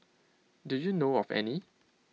do you know of any